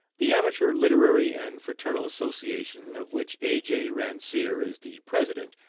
the amateur literary and fraternal association, of which a. j. ransier is the president,